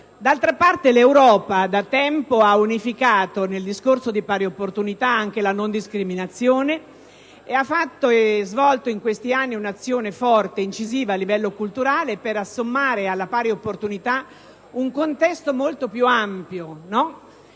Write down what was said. D'altra parte, l'Europa da tempo ha unificato nel discorso di pari opportunità anche la non discriminazione e ha svolto in questi anni un'azione forte e incisiva a livello culturale per assommare alla pari opportunità un contesto molto più ampio,